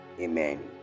Amen